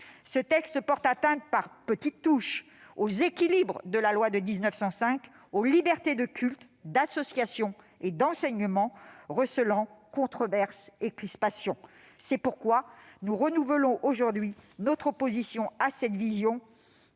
ce texte porte atteinte, par petites touches, aux équilibres de la loi de 1905, aux libertés de culte, d'association et d'enseignement, recelant controverses et crispations. Nous exprimons de nouveau, aujourd'hui, notre opposition à cette vision,